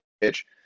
pitch